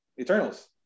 Eternals